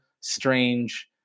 strange